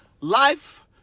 Life